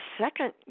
second